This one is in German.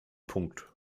punkt